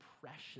precious